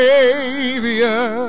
Savior